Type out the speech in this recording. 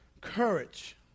Courage